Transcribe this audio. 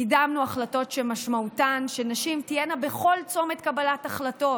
קידמנו החלטות שמשמעותן היא שנשים תהיינה בכל צומת קבלת החלטות,